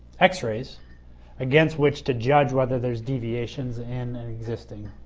x-rays against which to judge whether there's deviations in and existing